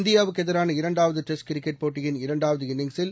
இந்தியாவுக்கு எதிரான இரண்டாவது டெஸ்ட் கிரிக்கெட் போட்டியின் இரண்டாவது இன்னிங்ஸில்